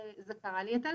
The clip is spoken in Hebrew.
זה קרע לי את הלב.